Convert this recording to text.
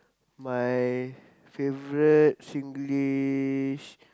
my favourite Singlish